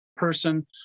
person